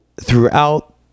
throughout